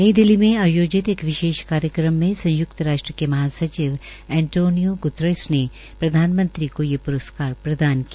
नई दिलली में आयोजित एक विशेष कार्यक्रम में संयुक्त राष्ट्र के महासचिव अंतोनियो ग्तरश ने प्रधानमंत्री को ये प्रस्कार प्रदान किया